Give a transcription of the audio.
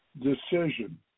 Decision